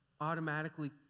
automatically